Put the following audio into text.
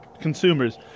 consumers